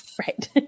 Right